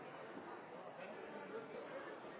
president foreslår at